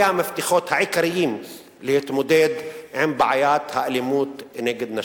המפתחות העיקריים להתמודדות עם בעיית האלימות כנגד נשים.